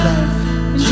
life